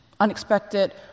unexpected